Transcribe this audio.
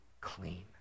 clean